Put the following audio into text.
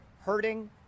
hurting